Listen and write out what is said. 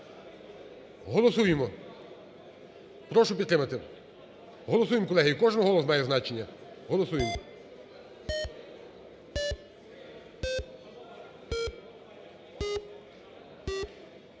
Голосуємо! Прошу підтримати. Голосуємо, колеги, кожен голос має значення. Голосуємо.